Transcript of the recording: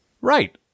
Right